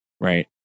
right